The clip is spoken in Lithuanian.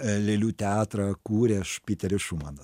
lėlių teatrą kūrė aš piteris šumanas